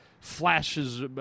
flashes